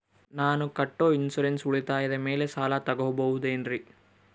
ನಾನು ಕಟ್ಟೊ ಇನ್ಸೂರೆನ್ಸ್ ಉಳಿತಾಯದ ಮೇಲೆ ಸಾಲ ತಗೋಬಹುದೇನ್ರಿ?